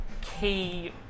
key